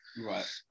right